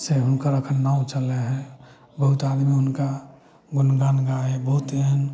से हुनकर एखन नाम चलय हइ बहुत आदमी हुनका गुणगान गाबय हइ बहुत एहन